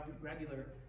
regular